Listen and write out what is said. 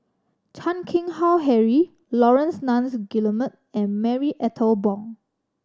Chan Keng Howe Harry Laurence Nunns Guillemard and Marie Ethel Bong